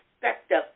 perspective